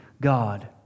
God